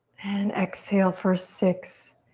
and exhale for six,